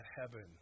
heaven